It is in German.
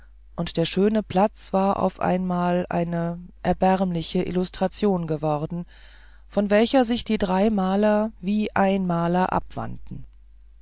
und der schöne platz war auf einmal eine erbärmliche illustration geworden von welcher sich die drei maler wie ein maler abwandten